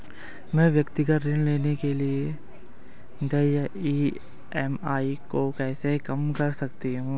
मैं व्यक्तिगत ऋण के लिए देय ई.एम.आई को कैसे कम कर सकता हूँ?